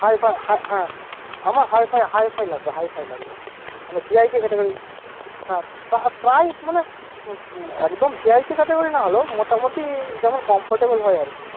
hi fi hi হ্যাঁ আমার hifi hifi লাগবে হাই ফাই লাগবে মানে ভি আই পি ক্যাটেগরি হ্যাঁ প্রায় মানে একদম ভি আই পি ক্যাটাগরি না হলেও মোটামুটি যেমন কম্ফর্টেবেল হয় আর কি